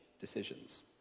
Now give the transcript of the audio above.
decisions